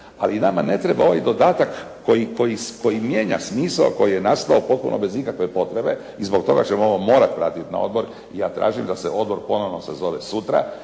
Ali nama ne treba ovaj dodatak koji mijenja smisao koji je nastao potpuno bez ikakve potrebe i zbog toga ćemo ovo morati vratiti na odbor. Ja tražim da se odbor ponovno sazove sutra